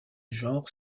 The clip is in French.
genre